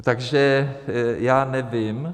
Takže já nevím.